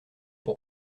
pour